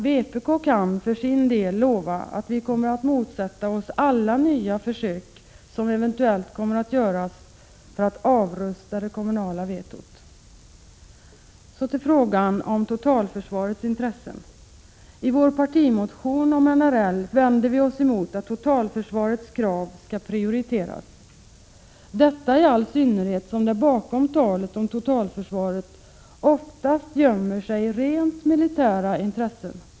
Vpk kan för sin del lova att vpk kommer att motsätta sig alla nya försök som eventuellt kommer att göras för att avrusta det kommunala vetot. Så till frågan om totalförsvarets intressen. I vår partimotion om NRL vänder vi oss emot att totalförsvarets krav skall prioriteras, detta i all synnerhet som det bakom talet om totalförsvaret oftast gömmer sig rent militära intressen.